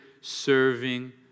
serving